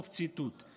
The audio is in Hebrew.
סוף ציטוט.